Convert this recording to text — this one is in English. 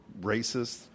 racist